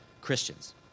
Christians